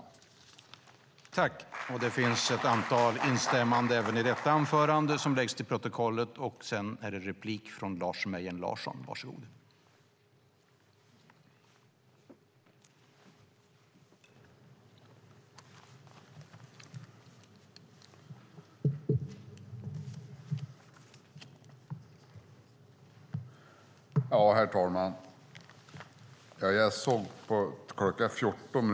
I detta anförande instämde Christer Akej, Lotta Finstorp, Gunnar Hedberg, Jonas Jacobsson Gjörtler, Edward Riedl, Jessica Rosencrantz och Eliza Roszkowska Öberg , samt Lars Tysklind , Anders Åkesson och Annelie Enochson .